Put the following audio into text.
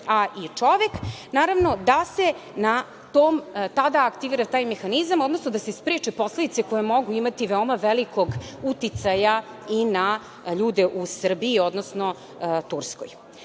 a i čovek, naravno da se na tom tada aktivira taj mehanizam, odnosno da se spreče posledice koje mogu imati veoma velikog uticaja i na ljude u Srbiji, odnosno Turskoj. Drugi